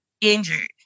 injured